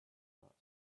passed